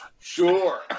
Sure